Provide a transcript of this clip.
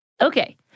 Okay